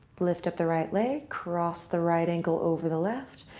lift up the right leg. cross the right ankle over the left.